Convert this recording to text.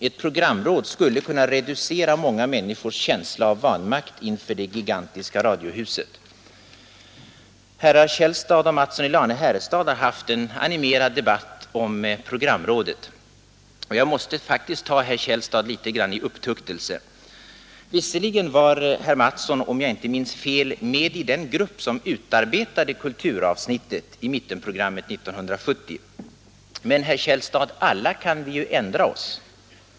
Ett programråd skulle kunna reducera många människors känsla av vanmakt inför det gigantiska radiohuset. Herrar Källstad och Mattsson i Lane-Herrestad har haft en animerad debatt om programrådet. Jag måste faktiskt ta herr Källstad litet grand i upptuktelse. Visserligen var herr Mattsson, om jag inte minns fel, med i den grupp som utarbetade kulturavsnittet i mittenprogrammet 1970, men, herr Källstad, alla kan vi ju ändra oss!